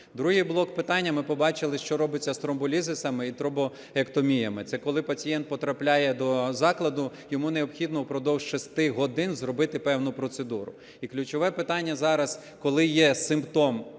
Другий блок питання. Ми побачили, що робиться з тромболізисами і тромбектоміями. Це коли пацієнт потрапляє до закладу, йому необхідно впродовж шести годин зробити певну процедуру. І ключове питання зараз, коли є симптом інсульту